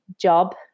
job